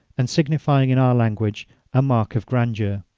and signifying in our language a mark of grandeur.